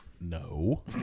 No